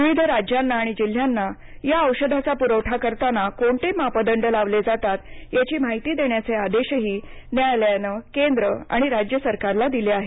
विविध राज्यांना आणि जिल्ह्यांना या औषधाचा पुरवठा करताना कोणते मापदंड लावले जातात याची माहिती देण्याचे आदेशही न्यायालयानं केंद्र आणि राज्य सरकारला दिले आहेत